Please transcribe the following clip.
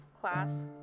class